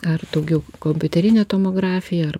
ar daugiau kompiuterinė tomografija ar